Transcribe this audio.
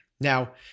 Now